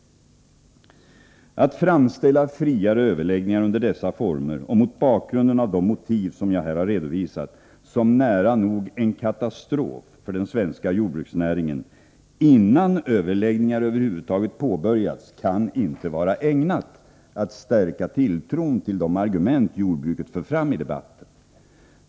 Att framställa friare överläggningar under dessa former och mot bakgrunden av de motiv som jag här har redovisat som nära nog en katastrof för den svenska jordbruksnäringen, innan överläggningar över huvud taget påbörjats, kan inte vara ägnat att stärka tilltron till de argument jordbruket för fram i debatten.